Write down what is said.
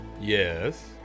Yes